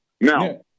Now